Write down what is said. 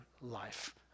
life